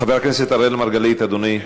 חבר הכנסת אראל מרגלית, אדוני,